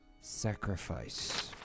Sacrifice